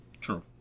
True